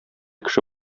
кеше